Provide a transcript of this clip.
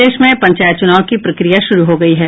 प्रदेश में पंचायत चुनाव की प्रक्रिया शुरू हो गई है